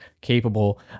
capable